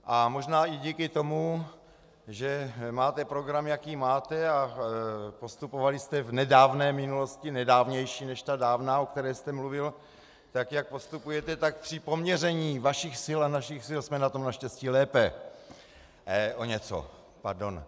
A možná i díky tomu, že máte program, jaký máte, a postupovali jste v nedávné minulosti, nedávnější než ta dávná, o které jste mluvil, tak, jak postupujete, tak při poměření vašich sil a našich sil jsme na tom naštěstí lépe o něco, pardon.